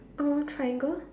uh triangle